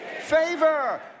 Favor